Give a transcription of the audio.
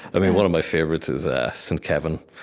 um and one of my favorites is ah st. kevin.